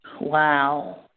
Wow